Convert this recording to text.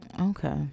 Okay